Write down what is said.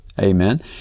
Amen